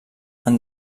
han